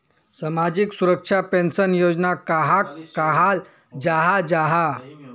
सामाजिक सुरक्षा पेंशन योजना कहाक कहाल जाहा जाहा?